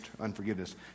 unforgiveness